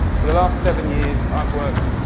for the last seven years i've worked